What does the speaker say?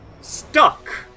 stuck